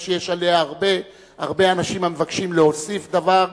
שיש הרבה הרבה אנשים המבקשים להוסיף עליה דבר,